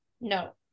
No